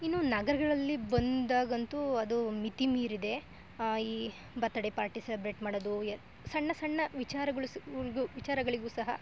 ಇನ್ನು ನಗರಗಳಲ್ಲಿ ಬಂದಾಗಂತೂ ಅದು ಮಿತಿ ಮೀರಿದೆ ಈ ಬರ್ತಡೇ ಪಾರ್ಟಿ ಸೆಲೆಬ್ರೇಟ್ ಮಾಡೋದು ಯ ಸಣ್ಣ ಸಣ್ಣ ವಿಚಾರಗಳು ಸ ಗ್ ವಿಚಾರಗಳಿಗೂ ಸಹ